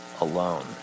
alone